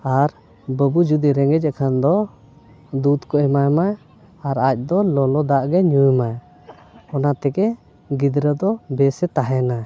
ᱟᱨ ᱵᱟᱹᱵᱩ ᱡᱩᱫᱤ ᱨᱮᱸᱜᱮᱡ ᱮᱠᱷᱟᱱ ᱫᱚ ᱫᱩᱫᱷ ᱠᱚᱭ ᱮᱢᱟᱭᱼᱢᱟᱭ ᱟᱨ ᱟᱡᱫᱚ ᱞᱚᱞᱚ ᱫᱟᱜᱼᱜᱮ ᱧᱩᱭᱢᱟᱭ ᱚᱱᱟ ᱛᱮᱜᱮ ᱜᱤᱫᱽᱨᱟᱹ ᱫᱚ ᱵᱮᱥᱮ ᱛᱟᱦᱮᱱᱟ